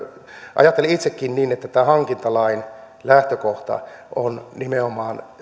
ajattelen itsekin niin että tämän hankintalain lähtökohta on nimenomaan